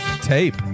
tape